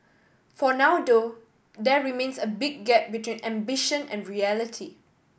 for now though there remains a big gap between ambition and reality